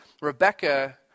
Rebecca